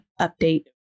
update